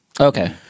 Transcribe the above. okay